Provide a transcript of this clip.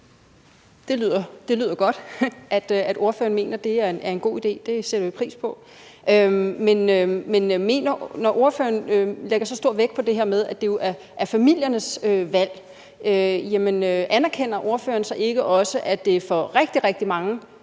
Det lyder godt, at ordføreren mener, at det er en god idé – det sætter vi pris på. Men når ordføreren lægger så stor vægt på det her med, at det jo er familiernes valg, anerkender ordføreren så ikke også, at det for rigtig,